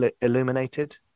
illuminated